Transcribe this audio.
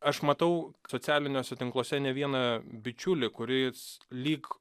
aš matau socialiniuose tinkluose ne vieną bičiulį kuris lyg